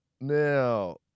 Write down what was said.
Now